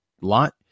Lot